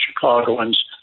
Chicagoans